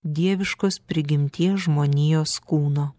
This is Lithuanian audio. dieviškos prigimties žmonijos kūno